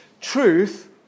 truth